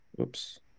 Oops